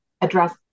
address